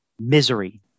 misery